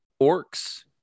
orcs